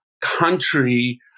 country